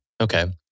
Okay